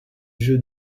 jeu